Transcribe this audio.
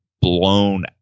blown